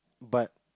but